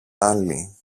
άλλη